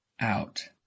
out